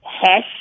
Hesh